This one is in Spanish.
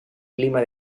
clima